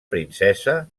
princesa